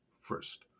first